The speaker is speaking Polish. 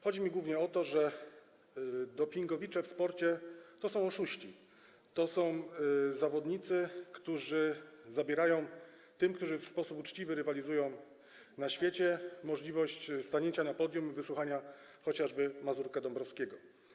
Chodzi mi głównie o to, że dopingowicze w sporcie to są oszuści, to są zawodnicy, którzy zabierają tym, którzy w sposób uczciwy rywalizują na świecie, możliwość stanięcia na podium i wysłuchania chociażby Mazurka Dąbrowskiego.